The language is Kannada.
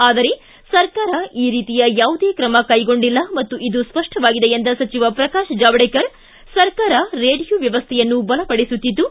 ಆದರೆ ಸರ್ಕಾರ ಈ ರೀತಿಯ ಯಾವುದೇ ಕ್ರಮ ಕೈಗೊಂಡಿಲ್ಲ ಮತ್ತು ಇದು ಸ್ಪಷ್ಟವಾಗಿದೆ ಎಂದ ಸಚಿವ ಪ್ರಕಾಶ್ ಜಾವಡೇಕರ್ ಸರ್ಕಾರ ರೆಡಿಯೋ ವ್ಯವಶ್ಠೆಯನ್ನು ಬಲಪಡಿಸುತ್ತಿದ್ದು